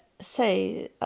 say